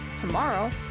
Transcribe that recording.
tomorrow